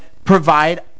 provide